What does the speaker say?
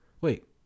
Wait